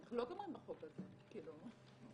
אנחנו לא גומרים בחוק הזה, מתחילים.